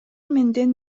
менден